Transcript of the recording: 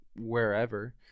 wherever